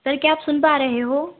sir क्या आप सुन पा रहे हो